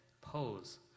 pose